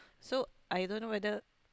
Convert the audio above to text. so I don't know whether